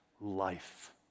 life